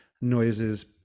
noises